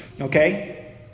Okay